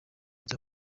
rya